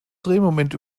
drehmoment